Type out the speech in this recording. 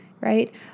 Right